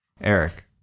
Eric